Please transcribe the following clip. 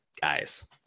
guys